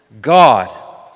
God